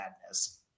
madness